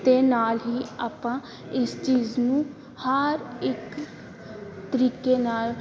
ਅਤੇ ਨਾਲ ਹੀ ਆਪਾਂ ਇਸ ਚੀਜ਼ ਨੂੰ ਹਰ ਇੱਕ ਤਰੀਕੇ ਨਾਲ